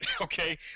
okay